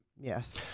Yes